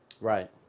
Right